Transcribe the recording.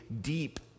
deep